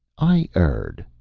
i erred,